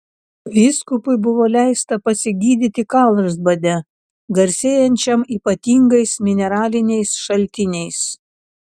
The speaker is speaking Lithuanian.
vyskupui buvo leista pasigydyti karlsbade garsėjančiam ypatingais mineraliniais šaltiniais